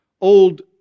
old